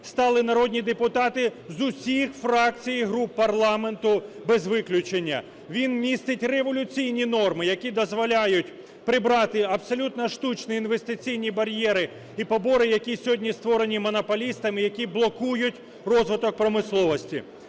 стали народні депутати з усіх фракцій і груп парламенту, без виключення. Він містить революційні норми, які дозволяють прибрати абсолютно штучні інвестиційні бар'єри і побори, які сьогодні створені монополістами і які блокують розвиток промисловості.